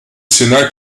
sénat